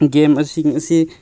ꯒꯦꯝꯁꯤꯡ ꯑꯁꯤ